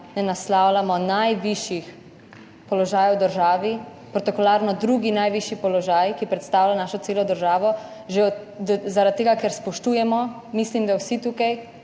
ne naslavljamo najvišjih položajev v državi, protokolarno drugi najvišji položaj, ki predstavlja našo celo državo, že zaradi tega, ker spoštujemo, mislim, da vsi tukaj,